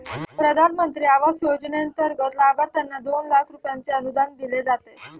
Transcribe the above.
प्रधानमंत्री आवास योजनेंतर्गत लाभार्थ्यांना दोन लाख रुपयांचे अनुदान दिले जाते